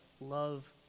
love